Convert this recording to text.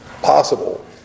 possible